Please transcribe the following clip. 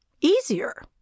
Easier